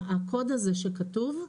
הקוד הזה שכתוב,